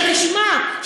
שתשמע,